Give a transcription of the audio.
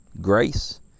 grace